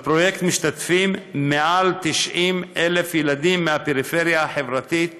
בפרויקט משתתפים יותר מ-90,000 ילדים מהפריפריה החברתית,